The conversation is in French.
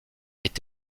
est